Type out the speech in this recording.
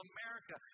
America